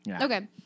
Okay